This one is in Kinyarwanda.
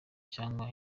cyangwa